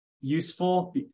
useful